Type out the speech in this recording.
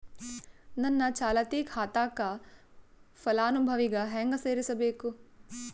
ನನ್ನ ಚಾಲತಿ ಖಾತಾಕ ಫಲಾನುಭವಿಗ ಹೆಂಗ್ ಸೇರಸಬೇಕು?